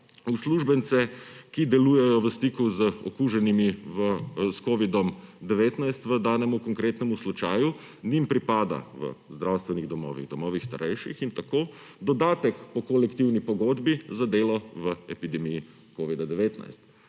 uslužbence, ki delujejo v stiku z okuženimi s covidom-19 v danemu konkretnemu slučaju, njim pripada v zdravstvenih domovih, domovih starejših in tako dodatek po kolektivni pogodbi za delo v epidemiji covida-19.